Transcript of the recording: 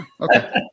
Okay